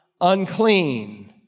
unclean